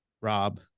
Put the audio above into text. Rob